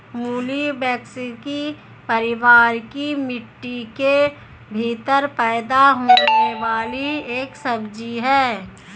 मूली ब्रैसिसेकी परिवार की मिट्टी के भीतर पैदा होने वाली एक सब्जी है